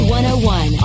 101